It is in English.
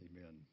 amen